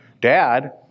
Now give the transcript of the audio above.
Dad